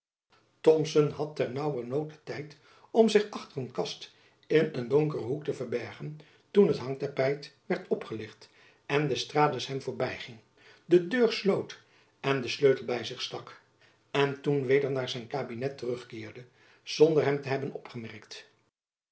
thomson had ter naauwernood den tijd om zich achter een kast in een donkeren hoek te verbergen toen het hangtapijt werd opgelicht en d'estrades hem jacob van lennep elizabeth musch voorbyging de deur sloot en den sleutel by zich stak en toen weder naar zijn kabinet terugkeerde zonder hem te hebben opgemerkt